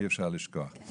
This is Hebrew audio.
אי אפשר לשכוח דבר כזה.